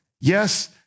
Yes